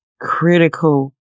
critical